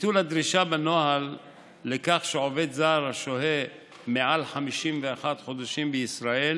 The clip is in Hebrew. ביטול הדרישה בנוהל לכך שעובד זר השוהה מעל 51 חודשים בישראל